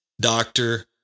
doctor